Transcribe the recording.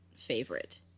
favorite